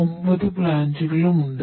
ഒമ്പത് പ്ലാന്റുകളും ഉണ്ട്